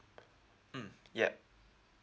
mm yup